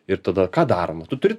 ir tada ką darom ar tu turi